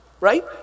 right